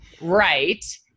right